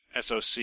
SoC